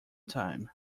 time